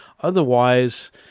Otherwise